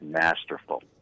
masterful